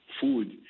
food